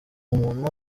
umuntu